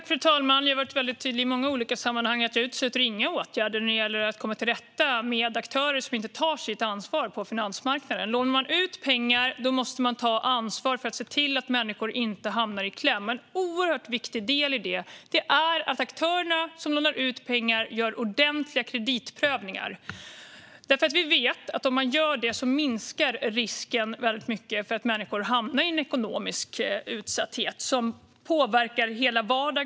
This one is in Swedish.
Fru talman! Jag har varit väldigt tydlig i många olika sammanhang med att jag inte utesluter några åtgärder när det gäller att komma till rätta med aktörer som inte tar sitt ansvar på finansmarknaden. Lånar man ut pengar måste man ta ansvar för att se till att människor inte hamnar i kläm. En oerhört viktig del i detta är att de aktörer som lånar ut pengar gör ordentliga kreditprövningar. Vi vet att risken för att människor hamnar i ekonomisk utsatthet minskar väldigt mycket om man gör detta. En sådan utsatthet påverkar hela vardagen.